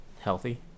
healthy